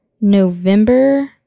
November